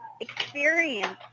experience